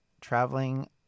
traveling